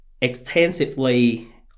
extensively